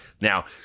Now